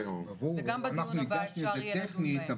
וגם בדיון הבא אפשר יהיה לדון בהן.